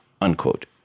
unquote